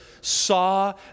saw